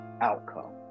outcome